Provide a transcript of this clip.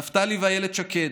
נפתלי ואיילת שקד,